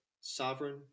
sovereign